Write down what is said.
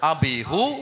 Abihu